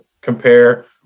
compare